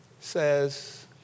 says